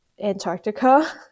Antarctica